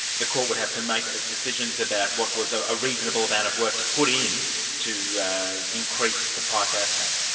the court would have to make ah decisions about what was a ah reasonable amount of work to put in to increase the price outcome.